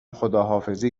خداحافظی